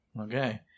Okay